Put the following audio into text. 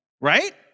right